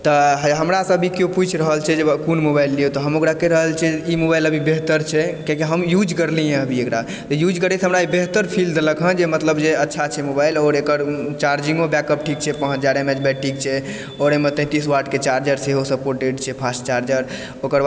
तऽ हइ हमरा सभी केओ पूछि रहल छै जे कोन मोबाइल लिऔ तऽ हम ओकरा कहि रहल छियै ई मोबाइल अभी बेहतर छै किआकि हम यूज करलियै हँ एकरा तऽ यूज करैत ई हमरा बेहतर फील दलक हँ जे मतलब जे अच्छा छै मोबाइल आओर ओकर चार्जिङ्गो बेकअप ठीक छै पाँच हजार एमएज बैट्रीक छै आओर एहिमे तैतिस वाटकऽ चार्जर सेहो सपोर्टेड छै फास्ट चार्जर ओकर बाद